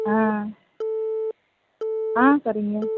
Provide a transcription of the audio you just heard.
ஆ ஆ சரிங்க